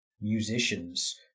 musicians